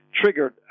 triggered